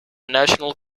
national